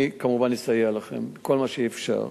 אני, כמובן, אסייע לכן בכל מה שאפשר.